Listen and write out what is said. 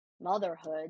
motherhood